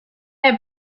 have